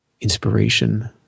inspiration